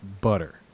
butter